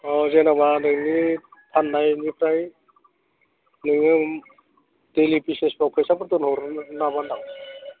अ जेन'बा नोंनि फाननायनिफ्राय नोङो डेलि बेसिसफ्राव फैसाफोरखौ हरो नामा होन्दां